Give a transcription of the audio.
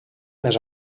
més